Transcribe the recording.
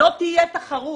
לא תהיה תחרות.